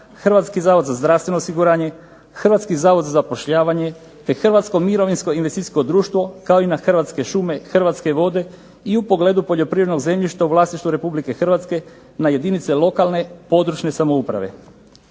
Hrvatski zavod za zdravstveno osiguranje, Hrvatski zavod za zapošljavanje te Hrvatsko mirovinsko investicijsko društvo, kao i na Hrvatske šume, Hrvatske vode i u pogledu poljoprivrednog zemljišta u vlasništvu Republike Hrvatske na jedinice lokalne područne samouprave.